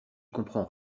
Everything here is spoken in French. comprends